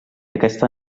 aquesta